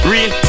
Real